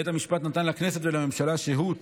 בית המשפט נתן לכנסת ולממשלה שהות